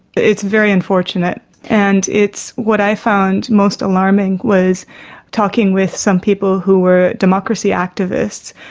it's very unfortunate and it's, what i found most alarming was talking with some people who were democracy activists,